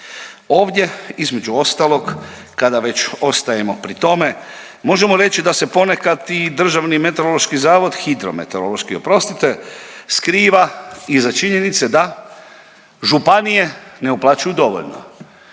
Ovdje između ostalog kada već ostajemo pri tome, možemo reći da se ponekad i Državni meteorološki zavod, hidrometeorološki oprostite, skriva iza činjenice da županije ne uplaćuju dovoljno.